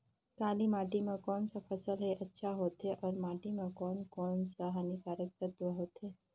काली माटी मां कोन सा फसल ह अच्छा होथे अउर माटी म कोन कोन स हानिकारक तत्व होथे?